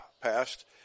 passed